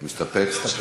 מסתפק?